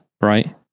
right